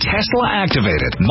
Tesla-activated